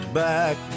back